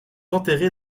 enterrée